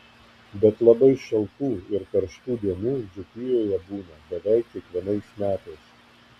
bet labai šaltų ir karštų dienų dzūkijoje būna beveik kiekvienais metais